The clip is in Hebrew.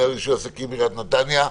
מנהל רישוי עסקים בעיריית נתניה.